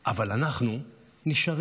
אבל אנחנו נשארים.